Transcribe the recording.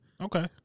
Okay